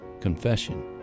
confession